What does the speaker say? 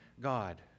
God